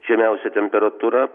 žemiausia temperatūra